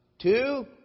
two